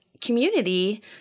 community